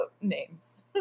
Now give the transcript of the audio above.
names